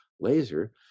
laser